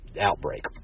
outbreak